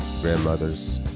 grandmothers